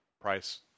price